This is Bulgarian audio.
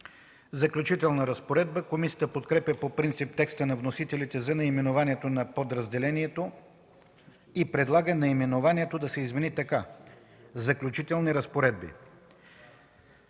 „Заключителна разпоредба”. Комисията подкрепя по принцип текста на вносителите за наименованието на подразделението и предлага наименованието да се измени така: „Заключителни разпоредби”.